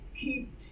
keep